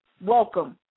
welcome